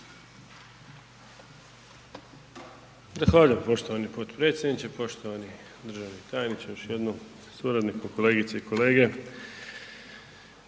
Hvala,